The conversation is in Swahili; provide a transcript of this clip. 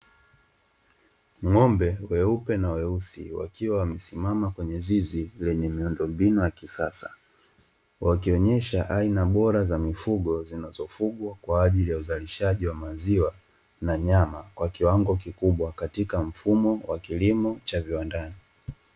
Ng'ombe weupe na weusi wakiwa wamesimama kwenye zizi lenye miundo mbinu ya kisasa wakionesha aina bora za mifugo zinazofugwa kwa ajili ya uzalishaji wa maziwa na nyama kwa kiwango kikubwa katika mfumo wa kilimo cha viwandani.